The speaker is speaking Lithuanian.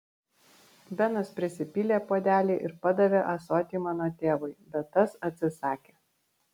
benas prisipylė puodelį ir padavė ąsotį mano tėvui bet tas atsisakė